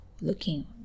looking